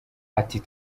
ati